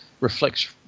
reflects